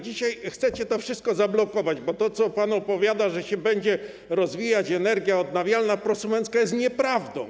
Dzisiaj chcecie to wszystko zablokować, bo to, co pan opowiada, że się będzie rozwijać energia odnawialna prosumencka, jest nieprawdą.